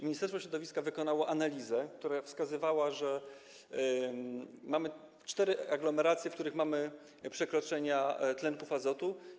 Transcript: Ministerstwo Środowiska wykonało analizę, która wskazuje, że mamy cztery aglomeracje, w których jest przekroczony poziom tlenków azotu.